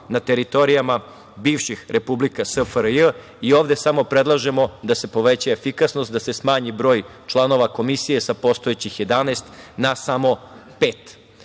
na teritorijama bivših republika SFRJ. Ovde samo predlažemo da se poveća efikasnost, da se smanji broj članova komisije sa postojećih 11 na samo